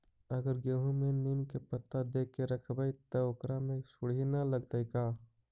अगर गेहूं में नीम के पता देके यखबै त ओकरा में सुढि न लगतै का?